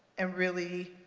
and really